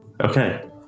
Okay